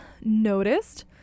noticed